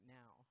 now